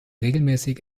regelmäßig